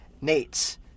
Nate's